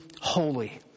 holy